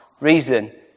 reason